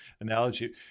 analogy